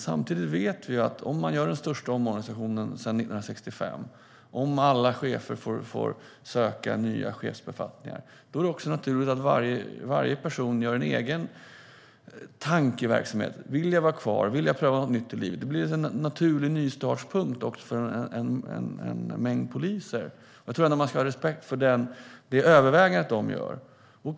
Samtidigt vet vi att det är så här: Om man gör den största omorganisationen sedan 1965 och om alla chefer får söka nya chefsbefattningar är det naturligt att varje person har en egen tankeverksamhet. Vill jag vara kvar? Vill jag pröva något nytt i livet? Det blir en naturlig nystartspunkt för en mängd poliser. Jag tror att man ska ha respekt för de överväganden som de gör.